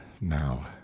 now